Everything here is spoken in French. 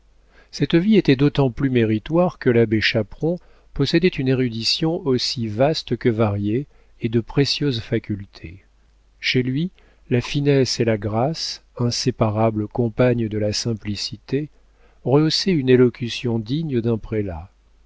cette vie était d'autant plus méritoire que l'abbé chaperon possédait une érudition aussi vaste que variée et de précieuses facultés chez lui la finesse et la grâce inséparables compagnes de la simplicité rehaussaient une élocution digne d'un prélat